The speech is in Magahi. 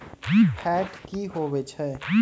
फैट की होवछै?